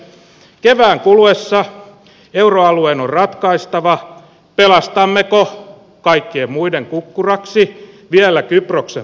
kevään kuluessa euroalueen on ratkaistava pelastammeko kaikkien muiden kukkuraksi vielä kyproksen pankit